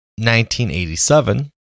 1987